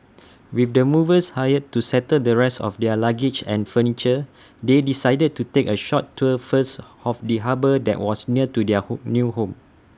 with the movers hired to settle the rest of their luggage and furniture they decided to take A short tour first of the harbour that was near to their home new home